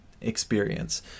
experience